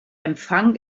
empfang